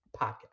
Podcast